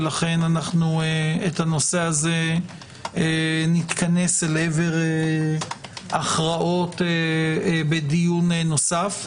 ולכן אנו את הנושא הזה נתכנס אל עבר הכרעות בדיון נוסף.